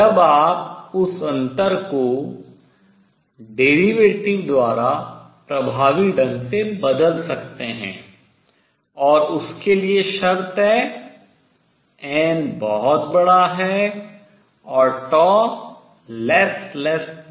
जब आप उस अंतर को derivative अवकलन द्वारा प्रभावी ढंग से बदल सकते हैं और उसके लिए शर्त है n बहुत बड़ा है और है